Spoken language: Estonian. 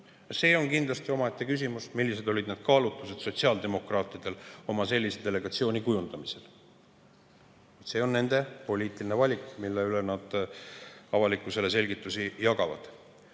See on kindlasti omaette küsimus, millised olid sotsiaaldemokraatide kaalutlused sellise delegatsiooni kujundamisel. See on nende poliitiline valik, mille üle nad avalikkusele selgitusi jagavad.